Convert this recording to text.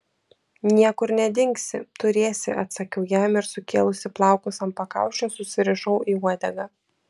niekur nedingsi turėsi atsakiau jam ir susikėlusi plaukus ant pakaušio susirišau į uodegą